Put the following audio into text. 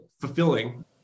fulfilling